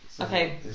Okay